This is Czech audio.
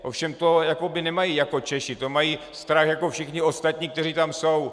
Ale to nemají jako Češi, to mají strach jako všichni ostatní, kteří tam jsou.